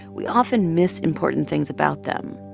we often miss important things about them.